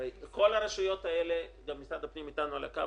הרי כל הרשויות האלה גם משרד הפנים אתנו על הקו,